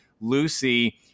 Lucy